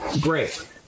great